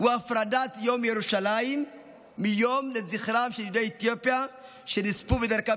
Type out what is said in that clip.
הוא הפרדת יום ירושלים מיום לזכרם יהודי אתיופיה שנספו בדרכם